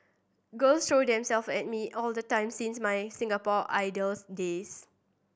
girls throw themselves at me all the time since my Singapore Idols days